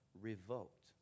revoked